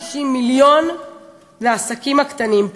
150 מיליון לעסקים הקטנים,